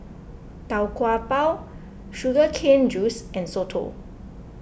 Tau Kwa Pau Sugar Cane Juice and Soto